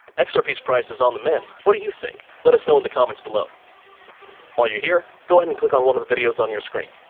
xrp's price is on the mend. what do you think? let us know in the comments below while you're here, go ahead and click on one of the videos on your screen.